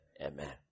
Amen